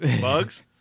Bugs